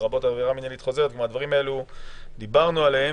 לרבות עברה מינהלית חוזרת אלה דברים שדיברנו עליהם.